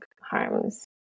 harms